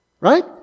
Right